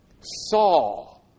Saul